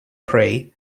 prey